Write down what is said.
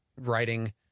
writing